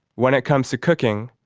when it comes to cooking,